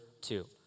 two